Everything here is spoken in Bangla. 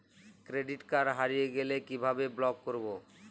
ক্রেডিট কার্ড হারিয়ে গেলে কি ভাবে ব্লক করবো?